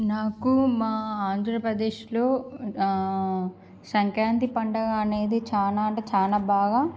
నాకు మా ఆంధ్ర ప్రదేశ్లో సంక్రాంతి పండగా అనేది చాల అంటే చాల బాగా